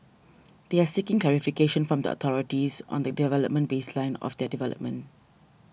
they are seeking clarification from the authorities on the development baseline of their development